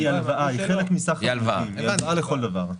היא הלוואה לכל דבר.